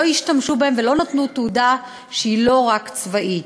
לא השתמשו בהם ולא נתנו תעודה שהיא לא רק צבאית.